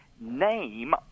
name